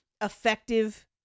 effective